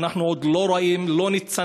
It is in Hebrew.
אנחנו עוד לא רואים ניצנים,